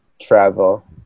travel